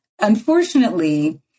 unfortunately